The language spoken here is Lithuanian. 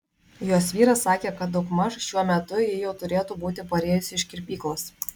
jos vyras sakė kad daugmaž šiuo metu ji jau turėtų būti parėjusi iš kirpyklos